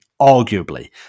arguably